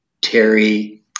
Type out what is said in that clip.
Terry